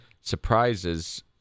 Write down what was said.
surprises